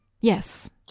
Yes